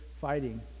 fighting